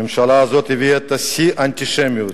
הממשלה הזאת הביאה את שיא האנטישמיות.